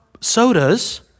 sodas